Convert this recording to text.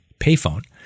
payphone